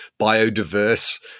biodiverse